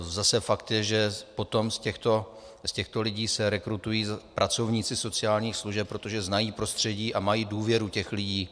Zase fakt je, že potom z těchto lidí se rekrutují pracovníci sociálních služeb, protože znají prostředí a mají důvěru těch lidí.